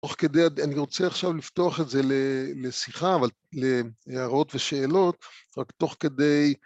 תוך כדי אני רוצה עכשיו לפתוח את זה לשיחה אבל להערות ושאלות רק תוך כדי